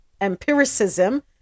empiricism